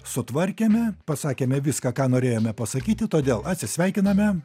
sutvarkėme pasakėme viską ką norėjome pasakyti todėl atsisveikiname